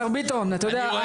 השר ביטון אתה יודע,